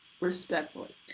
respectfully